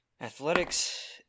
Athletics